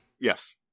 Yes